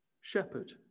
shepherd